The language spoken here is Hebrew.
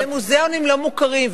המוזיאונים לא מוכרים,